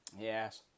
Yes